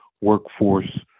Workforce